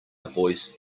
voice